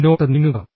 മുന്നോട്ട് നീങ്ങുക